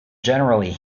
generally